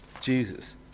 Jesus